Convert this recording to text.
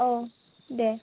औ दे